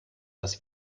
das